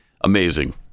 amazing